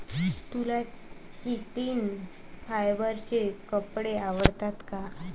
तुला चिटिन फायबरचे कपडे आवडतात का?